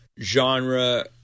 genre